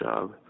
job